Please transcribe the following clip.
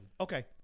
Okay